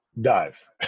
Dive